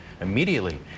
immediately